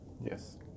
yes